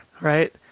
right